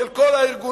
של כל הארגונים,